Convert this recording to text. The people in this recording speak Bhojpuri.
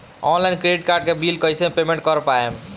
ऑनलाइन क्रेडिट कार्ड के बिल कइसे पेमेंट कर पाएम?